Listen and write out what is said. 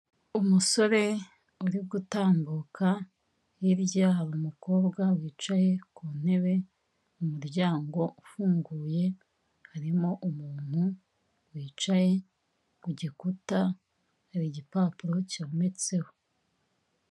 Umusore uri gutambuka, hirya hari umukobwa wicaye ku ntebe, umuryango ufunguye, harimo umuntu wicaye ku gikuta, hari igipapuro cyometseho.